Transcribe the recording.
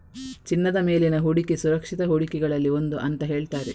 ಚಿನ್ನದ ಮೇಲಿನ ಹೂಡಿಕೆ ಸುರಕ್ಷಿತ ಹೂಡಿಕೆಗಳಲ್ಲಿ ಒಂದು ಅಂತ ಹೇಳ್ತಾರೆ